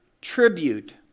tribute